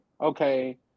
okay